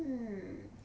hmm